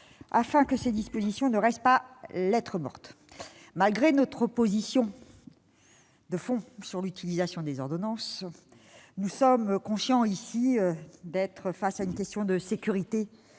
afin que ses dispositions ne restent pas lettre morte. Malgré notre opposition de fond à l'utilisation des ordonnances, nous sommes conscients d'être face à une question de sécurité publique